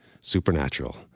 Supernatural